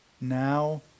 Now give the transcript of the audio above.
Now